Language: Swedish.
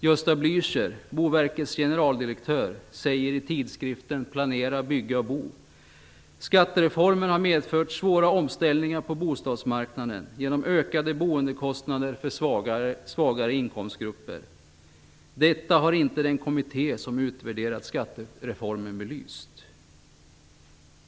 Gösta Blücher, Boverkets generaldirektör, säger i tidskriften Planera, Bygga, Bo: Skattereformen har medfört svåra omställningar på bostadsmarknaden, genom ökade boendekostnader för svagare inkomstgrupper. Detta har inte den kommitté som utvärderat skattereformen belyst.